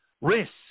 Risk